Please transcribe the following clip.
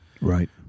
right